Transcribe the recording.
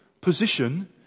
position